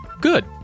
Good